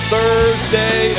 Thursday